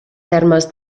termes